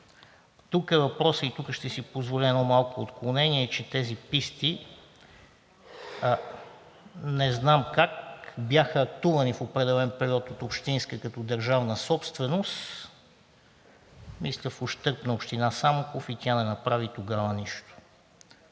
Друг е въпросът, и тук ще си позволя едно малко отклонение, че тези писти, не знам как, бяха актувани в определен период от общинска като държавна собственост, мисля, в ущърб на Община Самоков и тя не направи тогава нищо.